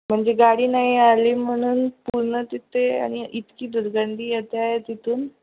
म्हणजे गाडी नाही आली म्हणून पूर्ण तिथे आणि इतकी दुर्गंधी येते आहे तिथून